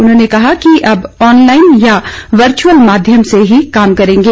उन्होंने कहा कि अब ऑनलाइन या वर्चुअल माध्यम से ही काम करेंगे